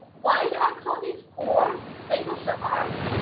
why do i call these four state of the art?